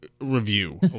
review